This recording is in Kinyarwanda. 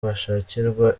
bashakirwa